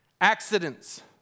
accidents